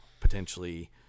potentially